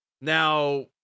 now